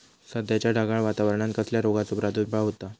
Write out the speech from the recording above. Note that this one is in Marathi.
सध्याच्या ढगाळ वातावरणान कसल्या रोगाचो प्रादुर्भाव होता?